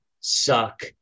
suck